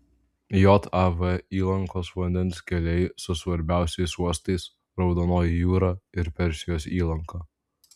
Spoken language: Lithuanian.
jav įlankos vandens keliai su svarbiausiais uostais raudonoji jūra ir persijos įlanka